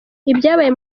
ibyabaye